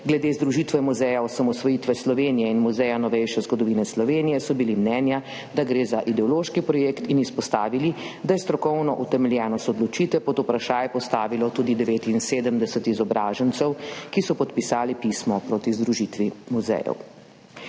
Glede združitve muzeja osamosvojitve Slovenije in Muzeja novejše zgodovine Slovenije so menili, da gre za ideološki projekt, in izpostavili, da je strokovno utemeljenost odločitve pod vprašaj postavilo tudi 79 izobražencev, ki so podpisali pismo proti združitvi muzejev.